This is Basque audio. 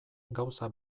gauza